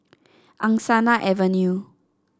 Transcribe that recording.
Angsana Avenue